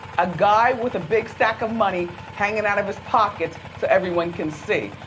a guy with a big stack of money hanging out of his pockets so everyone can see.